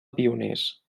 pioners